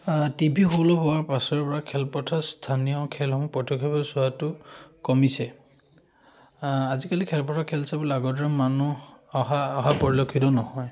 T V হ'লো হোৱাৰ পাছৰ পৰা খেলপথাৰ স্থানীয় খেলসমূহ পতকৈ চোৱাটো কমিছে আজিকালি খেলপথাৰ খেল চাবলৈ আগৰ দৰে মানুহ অহা অহা পৰিলক্ষিত নহয়